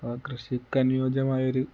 അപ്പം ആ കൃഷിക്കനുയോജ്യമായൊരു